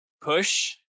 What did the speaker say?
Push